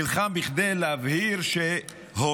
הוא נלחם כדי להבהיר שהורינו,